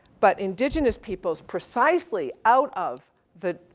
but indigenous people precisely out of the,